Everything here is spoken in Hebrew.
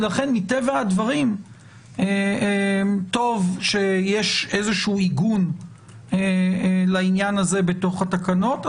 ולכן מטבע הדברים טוב שיש איזשהו עיגון לעניין הזה בתוך התקנות.